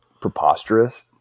preposterous